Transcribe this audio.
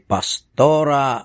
Pastora